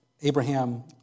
Abraham